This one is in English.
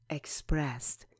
expressed